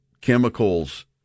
chemicals